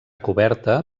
coberta